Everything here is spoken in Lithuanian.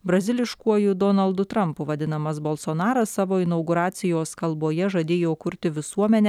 braziliškuoju donaldu trampu vadinamas balsonaras savo inauguracijos kalboje žadėjo kurti visuomenę